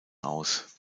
aus